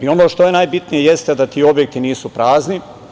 Ono što je najbitnije jeste da ti objekti nisu prazni.